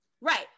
Right